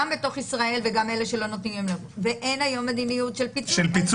גם בתוך ישראל וגם אלה שלא נותנים להם לצאת ואין היום מדיניות של פיצוי.